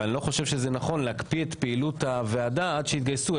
אבל אני לא חושב שזה נכון להקפיא את פעילות הוועדה עד שיגייסו.